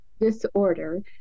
disorder